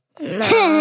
No